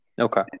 Okay